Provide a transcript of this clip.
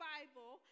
Bible